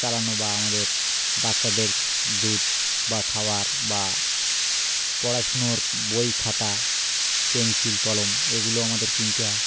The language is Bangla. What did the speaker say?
চালানো বা আমাদের বাচ্চাদের দুধ বা খাওয়ার বা পড়াশুনোর বই খাতা পেনসিল কলম এগুলো আমাদের কিনতে হয়